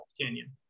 Canyon